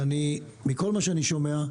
ומכל מה שאני שומע,